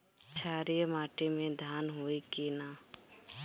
क्षारिय माटी में धान होई की न?